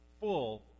full